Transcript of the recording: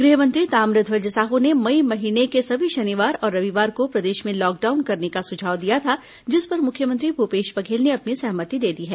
गृह मंत्री ताम्रध्वज साहू ने मई महीने के सभी शनिवार और रविवार को प्रदेश में लॉकडाउन करने का सुझाव दिया था जिस पर मुख्यमंत्री भूपेश बघेल ने अपनी सहमति दे दी है